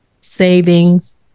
savings